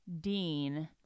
Dean